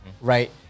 right